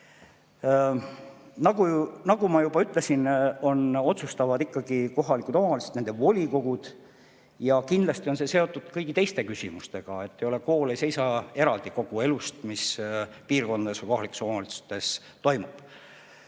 Nagu ma juba ütlesin, otsustavad ikkagi kohalikud omavalitsused, nende volikogud. Kindlasti on see seotud kõigi teiste küsimustega, kool ei seisa eraldi kogu elust, mis piirkondades, kohalikes omavalitsustes toimub.